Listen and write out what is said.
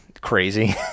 crazy